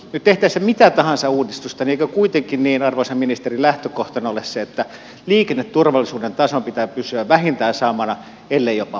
nyt tehtäessä mitä tahansa uudistusta eikö kuitenkin arvoisa ministeri lähtökohtana ole se että liikenneturvallisuuden tason pitää pysyä vähintään samana ellei jopa parantua